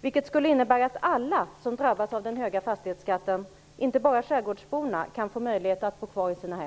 Förslaget innebär att alla som drabbas av den höga fastighetsskatten - inte bara skärgårdsborna - får möjlighet att bo kvar i sina hem.